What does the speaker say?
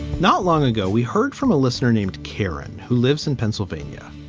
not long ago, we heard from a listener named karen who lives in pennsylvania.